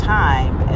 time